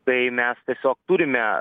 tai mes tiesiog turime